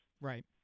Right